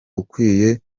ukwiye